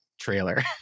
trailer